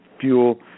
fuel